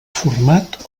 format